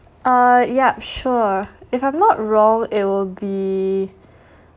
uh yup sure if I'm not wrong it'll be